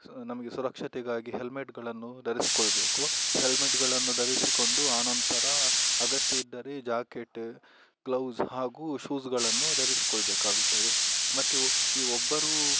ನಮಗೆ ಸುರಕ್ಷತೆಗಾಗಿ ಹೆಲ್ಮೇಟ್ಗಳನ್ನು ಧರಿಸಿಕೊಳ್ಬೇಕು ಹೆಲ್ಮೇಟ್ಗಳನ್ನು ಧರಿಸಿಕೊಂಡು ಆನಂತರ ಅಗತ್ಯ ಇದ್ದರೆ ಜಾಕೇಟ ಗ್ಲೌಸ್ ಹಾಗೂ ಶೂಸ್ಗಳನ್ನು ಧರಿಸಿಕೊಳ್ಬೇಕಾಗುತ್ತವೆ ಮತ್ತು ಈ ಒಬ್ಬರು